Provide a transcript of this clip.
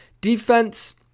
Defense